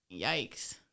yikes